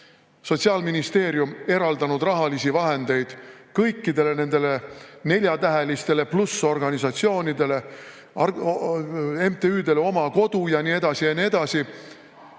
Sotsiaalministeerium eraldanud rahalisi vahendeid kõikidele nendele [nelja tähe ja plussiga] organisatsioonidele, MTÜ‑le [Lapsele] Oma Kodu ja nii edasi ja nii edasi.